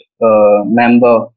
member